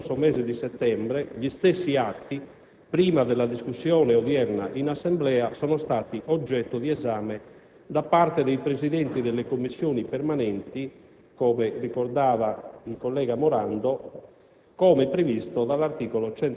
mentre il 20 dello scorso mese di settembre gli stessi atti, prima della discussione odierna in Assemblea, sono stati oggetto di esame da parte dei Presidenti delle Commissioni permanenti, lo ricordava il collega Morando,